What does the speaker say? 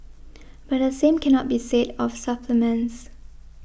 but the same cannot be said of supplements